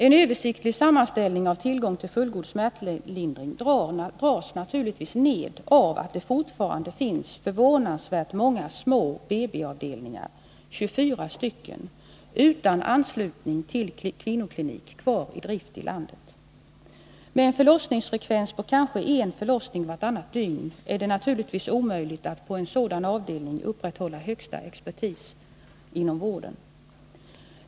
En översiktlig sammanställning av tillgång till fullgod smärtlindring dras naturligtvis ned av att det fortfarande finns förvånansvärt många små BB-avdelningar utan anslutning till kvinnoklinik — närmare bestämt 24— kvar i drift i landet. Med en förlossningsfrekvens på kanske en förlossning vartannat dygn är det naturligtvis omöjligt att på en sådan avdelning upprätthålla högsta expertis inom vården.